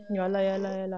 ya lah ya lah ya lah